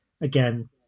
Again